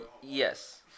Yes